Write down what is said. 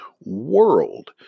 world